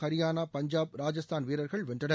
ஹரியானா பஞ்சாப் ராஜஸ்தான் வீரர்கள் வென்றனர்